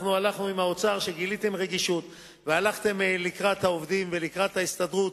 אנחנו הלכנו עם האוצר שגילה רגישות והלך לקראת העובדים ולקראת ההסתדרות,